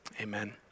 amen